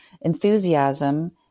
enthusiasm